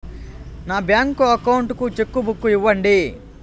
నా bank account కు cheque book ఇవ్వండి